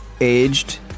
aged